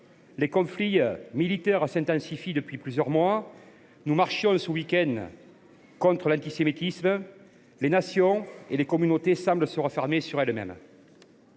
les conflits militaires s’intensifient depuis plusieurs mois ; nous marchions ce week end contre l’antisémitisme ; les nations et les communautés semblent se refermer sur elles mêmes.